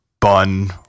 bun